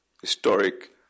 historic